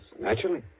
Naturally